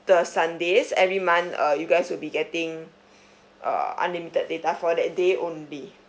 the sundays every month uh you guys will be getting uh unlimited data for that day only